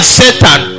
satan